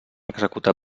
executar